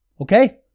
okay